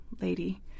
lady